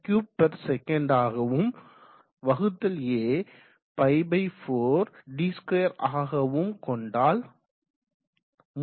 001667 m3 s ஆகவும் வகுத்தல் A Π 4 d2 வை ஆகவும் கொண்டால் 3